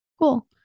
Cool